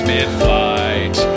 Mid-flight